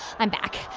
i'm back.